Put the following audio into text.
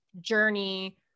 journey